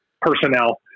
personnel